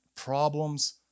problems